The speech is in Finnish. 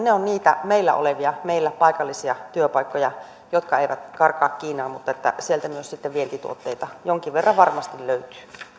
ne ovat niitä meillä olevia paikallisia työpaikkoja jotka eivät karkaa kiinaan mutta sieltä myös sitten vientituotteita jonkin verran varmasti löytyy